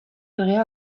erregea